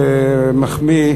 זה מחמיא.